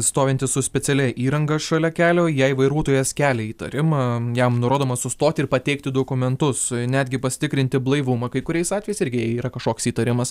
stovintis su specialia įranga šalia kelio jei vairuotojas kelia įtarimą jam nurodoma sustoti ir pateikti dokumentus netgi pasitikrinti blaivumą kai kuriais atvejais irgi jei yra kažkoks įtarimas